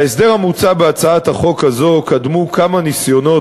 להסדר המוצע בהצעת החוק הזאת קדמו כמה ניסיונות